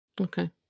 Okay